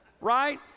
right